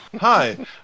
Hi